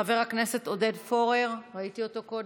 חבר הכנסת עודד פורר, ראיתי אותו קודם,